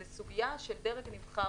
זו סוגיה של דרג נבחר,